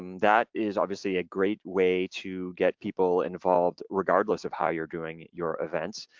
um that is obviously a great way to get people involved regardless of how you're doing your events.